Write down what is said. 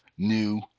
new